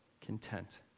content